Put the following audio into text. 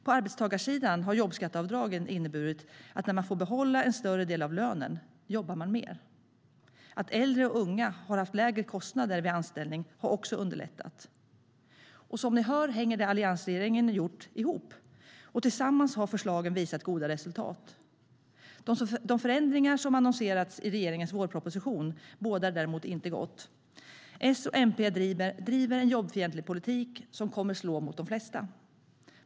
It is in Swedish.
På arbetstagarsidan har jobbskatteavdragen inneburit att när man får behålla en större del av lönen jobbar man mer. Att äldre och unga har haft lägre kostnader vid anställning har också underlättat. Som ni hör hänger det som alliansregeringen gjort ihop, och tillsammans har förslagen visat goda resultat. De förändringar som annonserats i regeringens vårproposition bådar däremot inte gott. S och MP driver en jobbfientlig politik som kommer att slå mot de flesta.